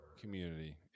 community